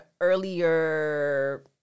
earlier